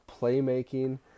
playmaking